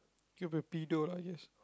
he could be a pedo lah I guess